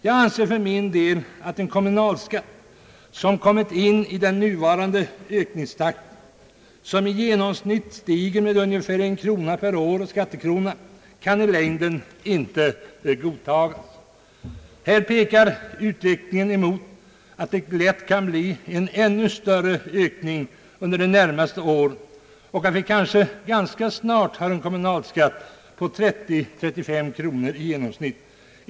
Jag anser för min del att en kommunalskatt som kommit in i den nuvarande ökningstakten, dvs. i genomsnitt stiger med ungefär en krona per år och skattekrona, inte i längden kan godtagas. Här pekar utvecklingen emot att det lätt kan bli en ännu större ökning under de närmaste åren och att vi kanske ganska snart har en kommunalskatt på 30—35 kronor i genomsnitt.